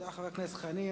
תודה לחבר הכנסת חנין.